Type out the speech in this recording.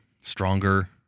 stronger